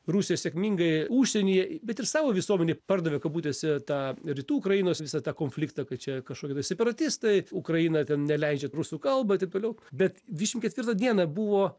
rusija sėkmingai užsienyje bet ir savo visuomenei pardavė kabutėse tą rytų ukrainos visą tą konfliktą kad čia kažkokie tai separatistai ukraina ten neleidžia rusų kalbą taip toliau bet dvišim ketvirtą dieną buvo